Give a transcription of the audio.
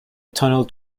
tunnel